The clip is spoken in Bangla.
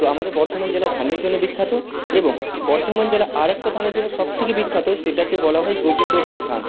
তো আমাদের বর্ধমান জেলা ধানের জন্য বিখ্যাত এবং বর্ধমান জেলা আরেকটা ধানের জন্য সবথেকে বিখ্যাত সেটাকে বলা হয় গোবিন্দভোগ ধান